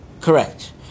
Correct